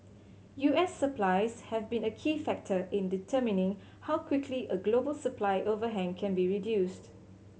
U S supplies have been a key factor in determining how quickly a global supply overhang can be reduced